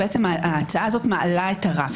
ההצעה הזאת מעלה את הרף.